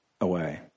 away